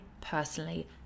personally